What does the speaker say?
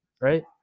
right